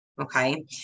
Okay